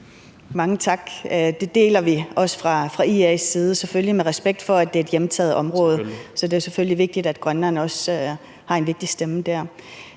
Mange tak. Det deler vi også fra IA's side – selvfølgelig med respekt for, at det er et hjemtaget område. (Christoffer Aagaard Melson (V): Selvfølgelig). Så det er selvfølgelig vigtigt, at Grønland også har en vigtig stemme der.